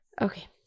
okay